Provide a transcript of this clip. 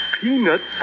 Peanuts